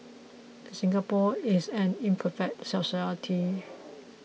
Singapore is an imperfect society